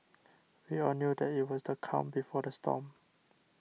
we all knew that it was the calm before the storm